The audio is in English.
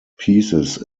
pieces